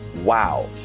wow